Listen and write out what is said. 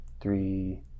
three